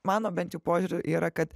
mano bent jau požiūriu yra kad